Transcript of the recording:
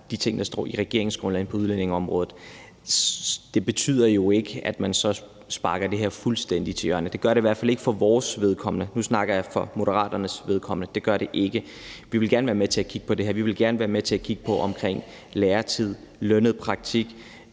de ting, der står i regeringsgrundlaget på udlændingeområdet. Det betyder jo ikke, at man så sparker det her fuldstændig til hjørne; det gør det i hvert fald ikke for vores vedkommende – nu snakker jeg for Moderaternes vedkommende. Det gør det ikke. Vi vil gerne være med til at kigge på det her. Vi vil gerne være med til at kigge på læretid og lønnet praktik.